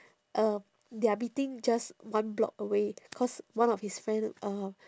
um their meeting just one block away cause one of his friend uh